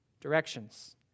directions